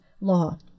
Law